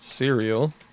cereal